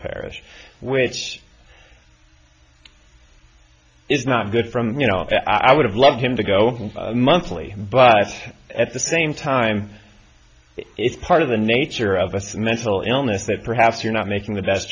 parish which is not good from you know i would have loved him to go monthly but it's at the same time it's part of the nature of us mental illness that perhaps you're not making the best